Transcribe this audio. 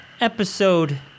episode